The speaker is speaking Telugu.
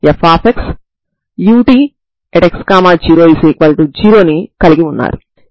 ఈ రెండింటి వ్యత్యాసాన్ని తీసుకొని పరిష్కరిస్తే c1b a0 అవ్వడాన్ని మీరు చూడవచ్చు